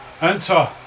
enter